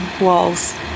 walls